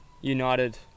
United